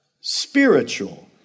spiritual